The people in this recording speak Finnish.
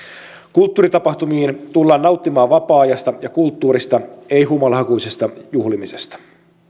kulttuuritapahtumiin tullaan nauttimaan vapaa ajasta ja kulttuurista ei humalahakuisesta juhlimisesta